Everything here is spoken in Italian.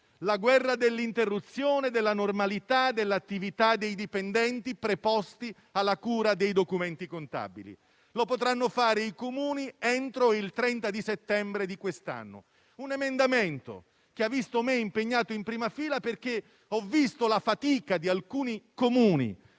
la guerra dell'interruzione della normalità e dell'attività dei dipendenti preposti alla cura dei documenti contabili. Lo potranno fare i Comuni entro il 30 settembre di quest'anno, grazie ad un emendamento, che mi ha visto impegnato in prima fila, perché ho visto la fatica di alcuni Comuni,